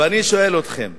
ואני שואל אתכם,